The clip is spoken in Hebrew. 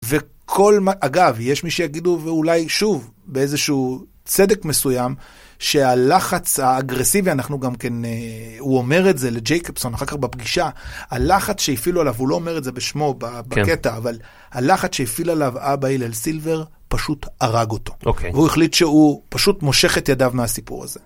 אגב, יש מי שיגידו ואולי שוב באיזשהו צדק מסוים, שהלחץ האגרסיבי, אנחנו גם כן, הוא אומר את זה לג'ייקובסון אחר כך בפגישה, הלחץ שהפעילו עליו, הוא לא אומר את זה בשמו בקטע, אבל הלחץ שהפעיל עליו אבא הלל סילבר פשוט הרג אותו. והוא החליט שהוא פשוט מושך את ידיו מהסיפור הזה.